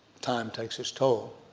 time takes its toll,